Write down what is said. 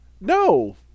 No